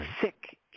sick